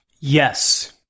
Yes